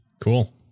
cool